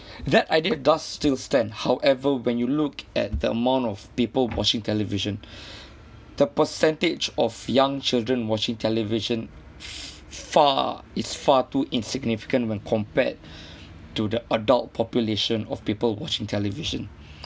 that idea does still stand however when you look at the amount of people watching television the percentage of young children watching television f~ far it's far too insignificant when compared to the adult population of people watching television